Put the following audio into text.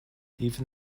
even